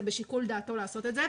זה בשיקול דעתו לעשות את זה.